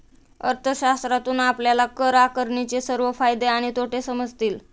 अर्थशास्त्रातून आपल्याला कर आकारणीचे सर्व फायदे आणि तोटे समजतील